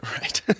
Right